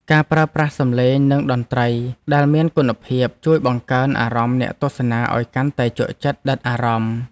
ការប្រើប្រាស់សំឡេងនិងតន្ត្រីដែលមានគុណភាព ជួយបង្កើនអារម្មណ៍អ្នកទស្សនាឱ្យកាន់តែជក់ចិត្តដិតអារម្មណ៍។